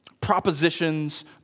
propositions